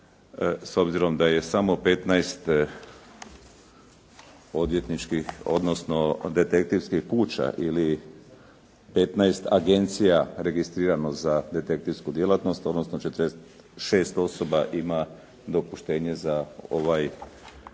S obzirom da je samo 15 detektivskih kuća ili 15 agencija registrirano za detektivsku djelatnost odnosno 46 osoba ima dopuštenje za ovaj